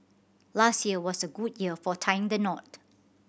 last year was a good year for tying the knot